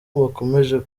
bakomeje